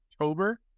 October